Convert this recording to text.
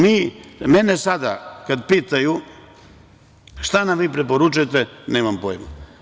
Mene sada kad pitaju, šta nam vi preporučujete – nemam pojma.